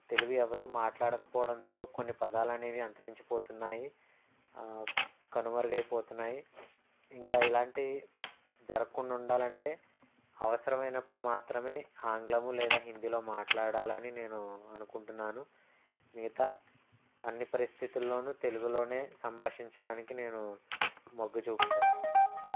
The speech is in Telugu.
తెలుగు ఎవరు మాట్లాడకపోవడంతో కొన్ని పదాలు అనేవి అంతరించిపోతున్నాయి కనుమరుగైపోతున్నాయి ఇంకా ఇలాంటి జరగకుండా ఉండాలంటే అవసరమైనప్పుడు మాత్రమే ఆంగ్లము లేదా హిందీలో మాట్లాడాలని నేను అనుకుంటున్నాను మిగతా అన్నీ పరిస్థితుల్లో తెలుగులోనే సంభాషించడానికి నేను మొగ్గు చూపుతాను